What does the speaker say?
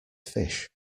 fish